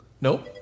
Nope